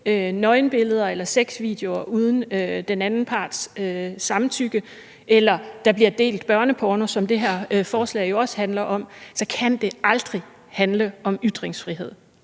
nøgenbilleder eller sexvideoer uden den anden parts samtykke eller der bliver delt børneporno, som det her forslag jo også handler om, så kan det aldrig handle om ytringsfrihed